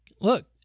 look